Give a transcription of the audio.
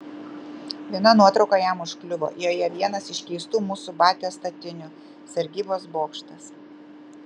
viena nuotrauka jam užkliuvo joje vienas iš keistų mūsų batios statinių sargybos bokštas